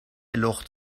لخت